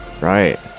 right